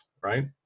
right